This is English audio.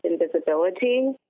invisibility